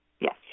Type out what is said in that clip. Yes